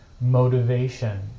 motivation